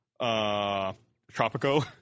Tropico